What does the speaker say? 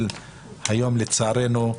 היום לצערנו,